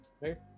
right